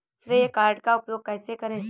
श्रेय कार्ड का उपयोग कैसे करें?